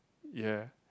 ya